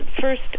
First